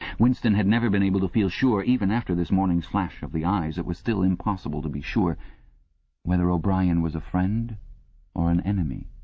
winston had never been able to feel sure even after this morning's flash of the eyes it was still impossible to be sure whether o'brien was a friend or an enemy.